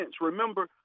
Remember